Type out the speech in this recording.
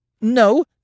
No